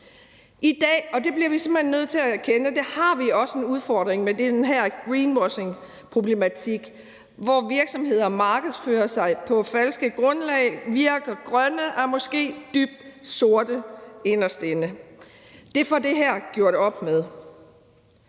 at erkende – en udfordring med den her greenwashingproblematik, hvor virksomheder markedsfører sig på et falsk grundlag, virker grønne og måske er dybt sorte inderst inde. Det får det her gjort op med.